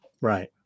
Right